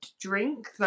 drink